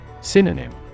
Synonym